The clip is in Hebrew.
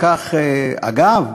אגב,